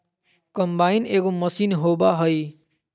combine एगो machine होबा हइ